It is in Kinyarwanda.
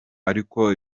ariko